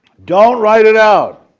don't write it out.